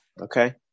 Okay